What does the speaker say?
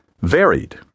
Varied